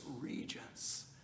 regents